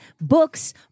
books